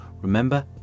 remember